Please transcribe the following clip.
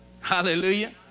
Hallelujah